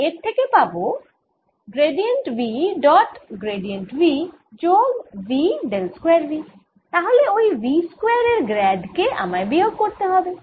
আর এর থেকে পাবো gradient V dot gradient V যোগ V ডেল স্কয়ার V তাহলে ওই V স্কয়ার এর গ্র্যাড কে আমায় বিয়োগ করতে হবে